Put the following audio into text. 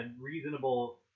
reasonable